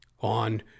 on